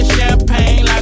Champagne